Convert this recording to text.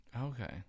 Okay